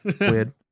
Weird